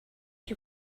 you